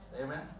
Amen